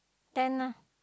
ten ah